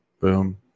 Boom